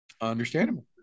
Understandable